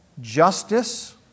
justice